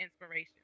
inspiration